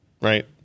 right